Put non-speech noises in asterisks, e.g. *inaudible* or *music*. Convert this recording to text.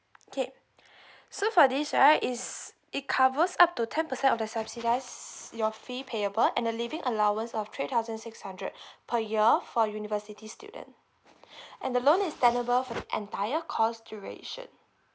okay *breath* so for this right is it covers up to ten percent of the subsidies your fee payable and the living allowance of three thousand six hundred *breath* per year for university student *breath* and the loan is tenable for entire course duration